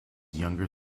younger